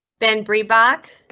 ben breabach,